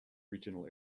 regional